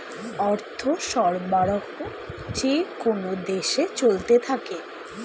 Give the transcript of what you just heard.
অর্থ সরবরাহ যেকোন দেশে চলতে থাকে